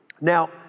Now